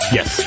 Yes